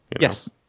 Yes